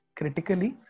critically